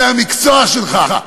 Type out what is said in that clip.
זה המקצוע שלך,